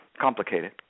complicated